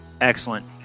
Excellent